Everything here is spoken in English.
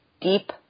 Deep